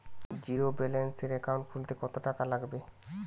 জিরোব্যেলেন্সের একাউন্ট খুলতে কত টাকা লাগবে?